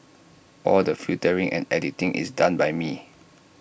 all the filtering and editing is done by me